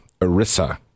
ERISA